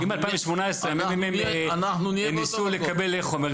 אם ב-2018 הממ"מ ניסו לקבל חומר,